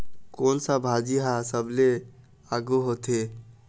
कोन सा भाजी हा सबले आघु होथे?